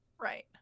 Right